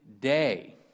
day